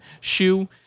shoe